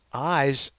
eyes!